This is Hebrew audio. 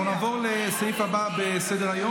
אנחנו נעבור לסעיף הבא בסדר-היום,